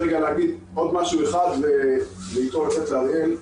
להגיד עוד משהו אחד ואחריי ידבר אריאל.